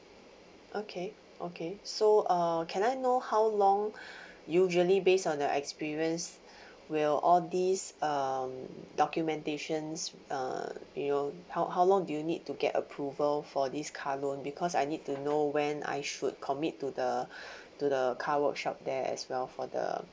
okay okay so uh can I know how long usually based on the experience will all these um documentations err you know how how long do you need to get approval for this car loan because I need to know when I should commit to the to the car workshop there as well for the